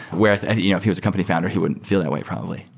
where if ah you know if he was company founder, he wouldn't feel that way probably.